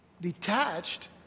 Detached